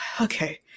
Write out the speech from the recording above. okay